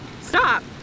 Stop